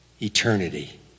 eternity